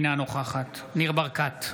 אינה נוכחת ניר ברקת,